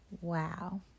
Wow